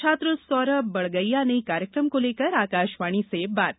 छात्र सौरभ बड़गैया ने कार्यक्रम को लेकर आकाशवाणी से बात की